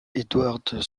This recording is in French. edward